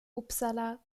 uppsala